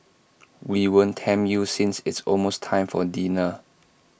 we won't tempt you since it's almost time for dinner